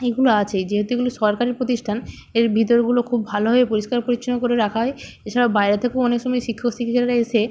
এগুলো আছে যেহেতু এগুলো সরকারি প্রতিষ্ঠান এর ভিতরগুলো খুব ভালোভাবে পরিষ্কার পরিচ্ছন্ন করে রাখা হয় এছাড়াও বাইরে থেকেও অনেক সময় শিক্ষক শিক্ষিকারা এসে